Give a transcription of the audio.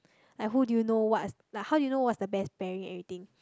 like who do know what s~ how do you know what's the best pairing and everything